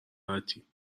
راحتی